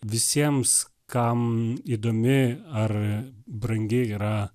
visiems kam įdomi ar brangi yra